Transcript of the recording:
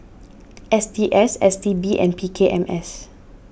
S T S S T B and P K M S